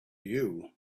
you